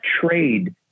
trade